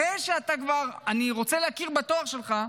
אחרי שאני רוצה להכיר בתואר שלך,